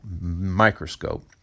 Microscope